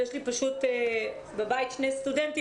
יש לי בבית שתי סטודנטיות,